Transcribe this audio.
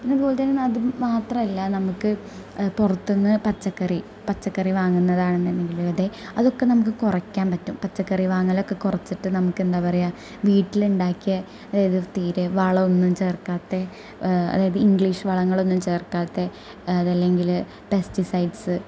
പിന്നെ അതുപോലെ തന്നെ അത് മാത്രമല്ല നമുക്ക് പുറത്തുനിന്ന് പച്ചക്കറി പച്ചക്കറി വാങ്ങുന്നതാണെന്നുണ്ടെങ്കിലും അതെ അതൊക്കെ നമുക്ക് കുറയ്ക്കാൻ പറ്റും പച്ചക്കറി വാങ്ങലൊക്കെ കുറച്ചിട്ട് നമുക്ക് എന്താണ് പറയുക വീട്ടിൽ ഉണ്ടാക്കിയ അതായത് തീരെ വളം ഒന്നും ചേർക്കാത്ത അതായത് ഇംഗ്ലീഷ് വളങ്ങളൊന്നും ചേർക്കാത്ത അതല്ലെങ്കിൽ പെസ്റ്റിസൈഡ്സ്